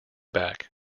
back